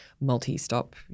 multi-stop